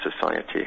society